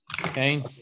Okay